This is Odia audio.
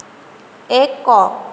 ଏକ